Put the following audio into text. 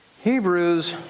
Hebrews